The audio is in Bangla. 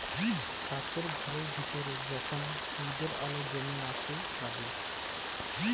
কাছের ঘরের ভিতরে যখল সূর্যের আল জ্যমে ছাসে লাগে